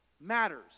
matters